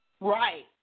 Right